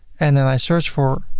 and then i search for